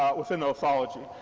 within the lithology.